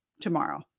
tomorrow